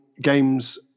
games